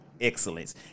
excellence